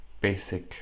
basic